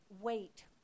wait